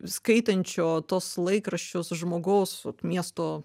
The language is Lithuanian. skaitančio tuos laikraščius žmogaus miesto